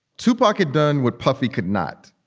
tupac had done with puffy, could not.